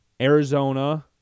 Arizona